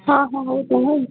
ಹಾಂ ಹಾಂ ಹೌದು